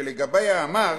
שלגביו אמרת: